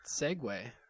segue